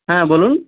হ্যাঁ বলুন